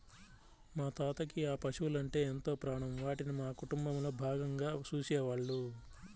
మా తాతకి ఆ పశువలంటే ఎంతో ప్రాణం, వాటిని మా కుటుంబంలో భాగంగా చూసేవాళ్ళు